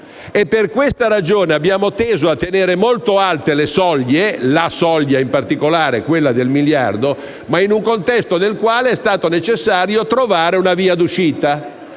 Per questa ragione abbiamo teso a tenere molto alte le soglie, in particolare la soglia del miliardo, in un contesto nel quale è stato necessario trovare una via d'uscita.